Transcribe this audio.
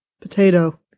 Potato